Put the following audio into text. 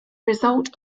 result